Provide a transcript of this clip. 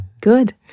Good